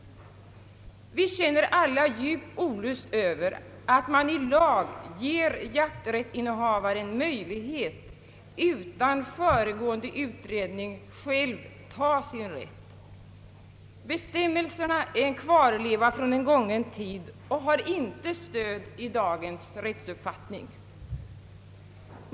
Vi känner alla djup olust över att man i lag ger jakträttsinnehavaren möjlighet att utan föregående utredning själv ta sig rätt. Bestämmelserna är en kvarleva från en gången tid och har inte stöd i dagens rättsuppfattning.